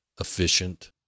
efficient